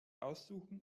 aussuchen